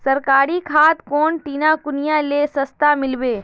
सरकारी खाद कौन ठिना कुनियाँ ले सस्ता मीलवे?